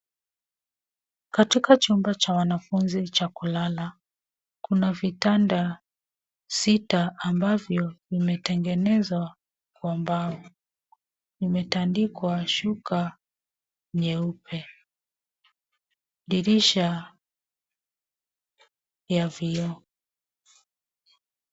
Katika chumba cha wanafunzi cha kulala, kuna vitanda sita ambavyo vimetengenezwa kwa mbao. Vimetandikwa shuka nyeupe. Dirisha ni ya vioo.